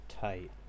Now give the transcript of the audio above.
Tight